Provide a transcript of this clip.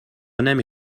نمی